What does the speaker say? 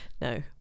No